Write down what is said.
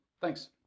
Thanks